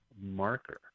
Marker